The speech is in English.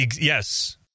Yes